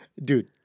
Dude